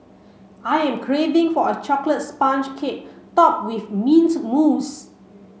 I am craving for a chocolate sponge cake topped with mint mousse